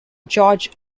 george